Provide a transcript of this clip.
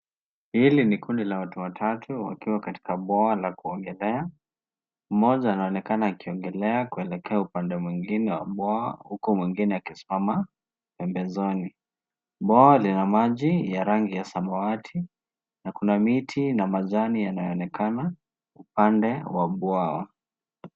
Hili ni kundi la watu watatu wakiwa katika bwawa la kuogelea. Mmoja anaonekana akiogelea kuelekea upande mwingine wa bwawa huku mwingine akisimama pembezoni. Bwawa lina maji ya rangi ya samawati na kuna miti na majani yanayoonekana upande wa bwawa.